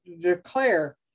declare